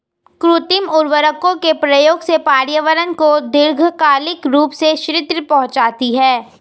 कृत्रिम उर्वरकों के प्रयोग से पर्यावरण को दीर्घकालिक रूप से क्षति पहुंचती है